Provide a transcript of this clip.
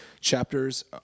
chapters